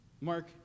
Mark